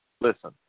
listen